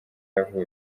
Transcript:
yavutse